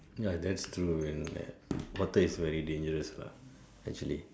now that true and water is very dangerous lah actually